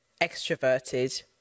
extroverted